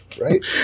right